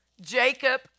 Jacob